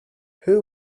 who